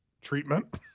treatment